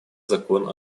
закон